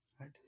right